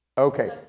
Okay